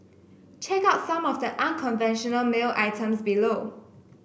check out some of the unconventional mail items below